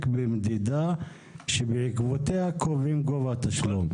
במדידה שבעקבותיה קובעים את גובה התשלום.